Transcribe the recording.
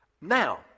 Now